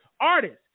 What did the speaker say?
artists